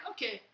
Okay